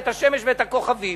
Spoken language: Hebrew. את השמש ואת הכוכבים,